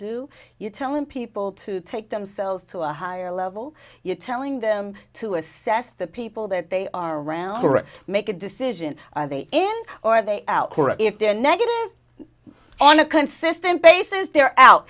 do you telling people to take themselves to a higher level you're telling them to assess the people that they are around to make a decision are they in or are they out if they're negative on a consistent basis they're out